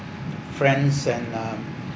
friends and um